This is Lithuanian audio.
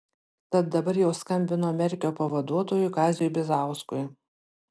tad dabar jau skambino merkio pavaduotojui kaziui bizauskui